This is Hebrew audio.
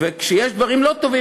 וכשיש דברים לא טובים,